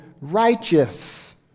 righteous